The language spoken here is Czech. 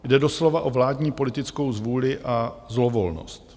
Jde doslova o vládní politickou zvůli a zlovolnost.